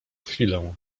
chwilę